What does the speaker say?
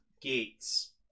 Gates